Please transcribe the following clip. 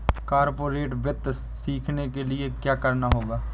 corporate वित्त सीखने के लिया क्या करना होगा